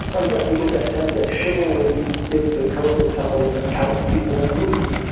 but again we get that sense that chivalry is the code of somebody who helps people in need,